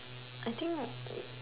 I think